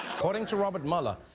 according to robert mueller,